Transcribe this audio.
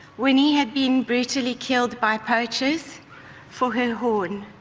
winnie had been brutally killed by poachers for her horn.